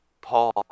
Paul